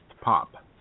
pop